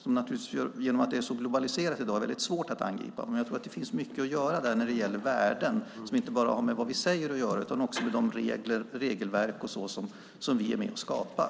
I och med att det är så globaliserat är det svårt att angripa, men jag tror att det finns mycket att göra där när det gäller värden som inte bara har att göra med vad vi säger utan också med de regelverk som vi är med och skapar.